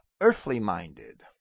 earthly-minded